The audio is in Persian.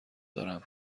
دارم